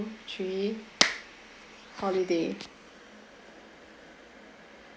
three holiday